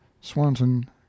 Swanton